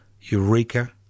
Eureka